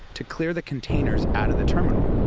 to clear the containers out of the terminal.